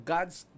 God's